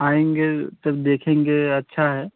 आएँगे तब देखेंगे अच्छा है